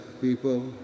people